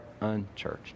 unchurched